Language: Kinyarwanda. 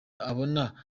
abona